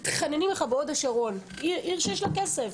מתחננים אליך בהוד השרון עיר שיש לה כסף,